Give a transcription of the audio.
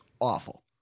awful